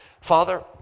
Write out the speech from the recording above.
father